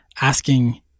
asking